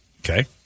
Okay